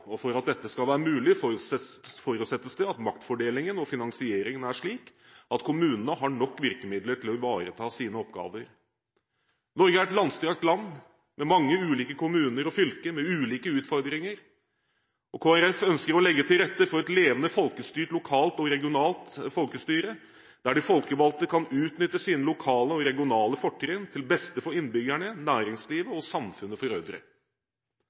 For at dette skal være mulig, forutsettes det at maktfordelingen og finansieringen er slik at kommunene har nok virkemidler til å ivareta sine oppgaver. Norge er et langstrakt land, med mange ulike kommuner og fylker, med ulike utfordringer. Kristelig Folkeparti ønsker å legge til rette for et levende folkestyre lokalt og regionalt, der de folkevalgte kan utnytte sine lokale og regionale fortrinn til beste for innbyggerne, næringslivet og samfunnet for øvrig.